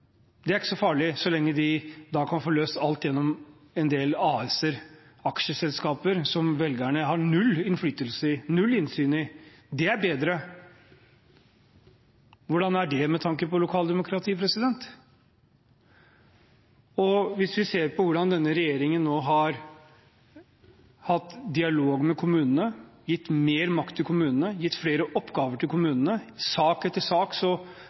ikke er så farlig så lenge de kan få løst alt gjennom en del AS-er, aksjeselskaper, som velgerne har null innflytelse over, null innsyn i, at det er bedre. Hvordan er dette – med tanke på lokaldemokrati? Hvis vi ser på hvordan denne regjeringen har hatt dialog med kommunene, gitt mer makt til kommunene, gitt flere oppgaver til kommunene – i sak etter sak